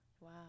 Wow